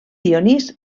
dionís